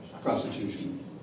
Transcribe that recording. prostitution